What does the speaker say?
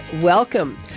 welcome